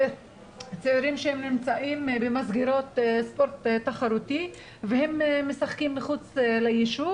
צעירים שנמצאים במסגרות ספורט תחרותי והם משחקים מחוץ ליישוב